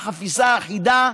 על חפיסה אחידה,